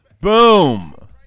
boom